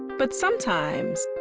but sometimes,